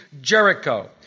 Jericho